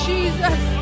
Jesus